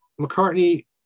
McCartney